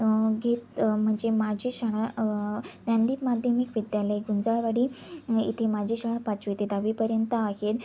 घेत म्हणजे माझी शाळा ज्ञानदीप माध्यमिक विद्यालय गुंजाळवाडी इथे माझी शाळा पाचवी ते दहावीपर्यंत आहे